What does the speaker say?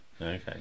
Okay